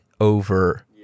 over